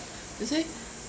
that's why